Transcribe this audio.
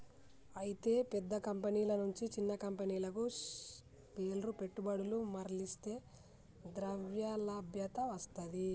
అయితే పెద్ద కంపెనీల నుంచి చిన్న కంపెనీలకు పేర్ల పెట్టుబడులు మర్లిస్తే ద్రవ్యలభ్యత వస్తది